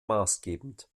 maßgebend